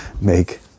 make